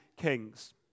kings